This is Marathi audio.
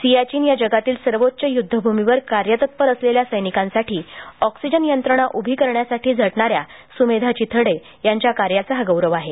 सियाचीन या जगातील सर्वोच्च युध्दभूमीवर कार्यतत्पर असलेल्या सैनिकांसाठी ऑक्सिजन यंत्रणा उभी करण्यासाठी झटणाऱ्या सुमेधा चिथडे यांच्या कार्याचा हा गौरव आहे